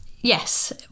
yes